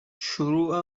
شروع